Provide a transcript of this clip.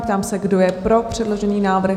Ptám se, kdo je pro předložený návrh?